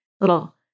little